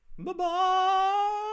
Bye-bye